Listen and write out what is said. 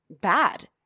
bad